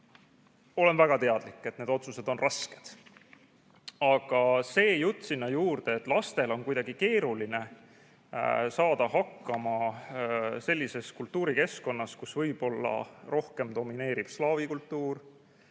olen väga teadlik, et need otsused on rasked. Aga see jutt sinna juurde, et lastel on kuidagi keeruline saada hakkama sellises kultuurikeskkonnas, kus võib-olla rohkem domineerib slaavi kultuur,